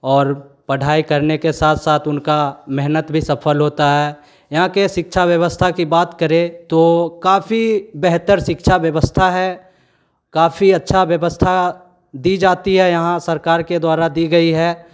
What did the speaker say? और पढ़ाई करने के साथ साथ उनकी मेहनत भी सफल होती है यहाँ की शिक्षा व्यवस्था की बात करें तो काफ़ी बेहतर शिक्षा व्यवस्था है काफ़ी अच्छा व्यवस्था दी जाती है यहाँ सरकार के द्वारा दी गई है